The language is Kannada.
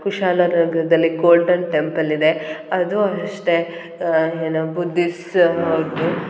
ಕುಶಾಲನಗರದಲ್ಲಿ ಗೋಲ್ಡನ್ ಟೆಂಪಲ್ ಇದೆ ಅದೂ ಅಷ್ಟೇ ಏನು ಬುದ್ದಿಸಮ್ ಅವ್ರದ್ದು